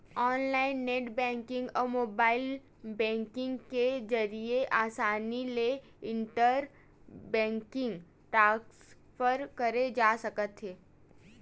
online net banking अउ mobile banking के जरिए असानी ले इंटर बेंकिंग ट्रांसफर करे जा सकत हे